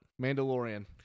mandalorian